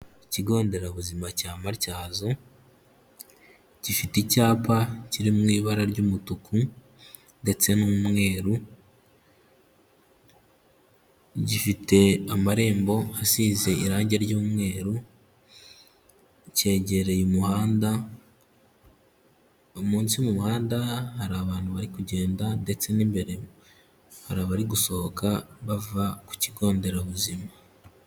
Ikigo nderabuzima cya Matyazo, gifite icyapa kiri mu ibara ry'umutuku ndetse n'umweru, gifite amarembo asize irangi ry'umweru, kegereye umuhanda, munsi y'umuhanda hari abantu bari kugenda ndetse n'imbere hari abari gusohoka bava ku kigo nderabuzima.